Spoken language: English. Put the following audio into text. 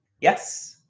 yes